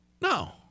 No